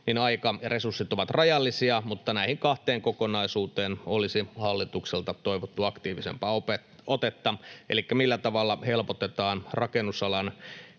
aikaresurssit ovat rajallisia, mutta näihin kahteen kokonaisuuteen olisi hallitukselta toivottu aktiivisempaa otetta. Elikkä millä tavalla helpotetaan rakennusalan